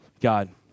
God